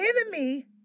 enemy